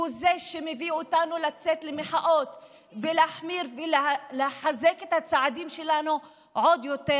הוא זה שמביא אותנו לצאת למחאות ולהחמיר ולחזק את הצעדים שלנו עוד יותר,